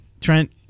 Trent